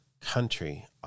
country